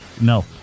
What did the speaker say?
no